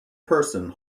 person